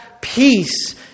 peace